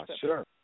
sure